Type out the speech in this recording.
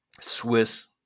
Swiss